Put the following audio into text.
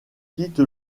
quitte